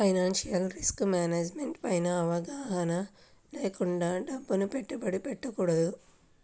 financial risk management పైన అవగాహన లేకుండా డబ్బుని పెట్టుబడి పెట్టకూడదు